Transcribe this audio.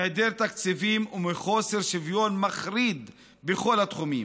מהיעדר תקציבים ומחוסר שוויון מחריד בכל התחומים.